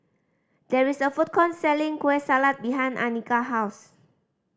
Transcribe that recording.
there is a food court selling Kueh Salat behind Annika house